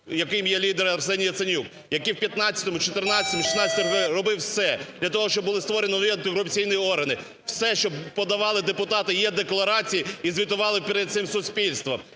яким є лідер Арсеній Яценюк, який в 2015-му, 2014-му, 2016-му роках робив все для того, щоб були створені нові антикорупційні органи, все, щоб подавали депутати е-декларації і звітували перед всім суспільством.